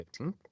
15th